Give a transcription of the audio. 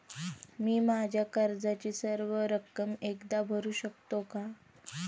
मी माझ्या कर्जाची सर्व रक्कम एकदा भरू शकतो का?